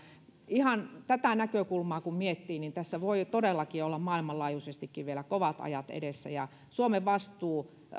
ihan tätä näkökulmaa kun miettii niin tässä voi todellakin olla maailmanlaajuisestikin vielä kovat ajat edessä ja suomen vastuu